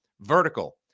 Vertical